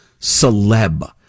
celeb